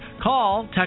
Call